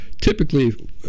Typically